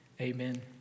amen